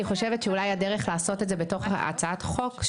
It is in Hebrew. אני חושבת שאולי הדרך לעשות את זה בתוך הצעת חוק,